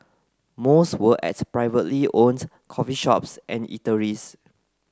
most were at privately owned coffee shops and eateries